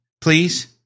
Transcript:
please